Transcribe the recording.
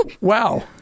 Wow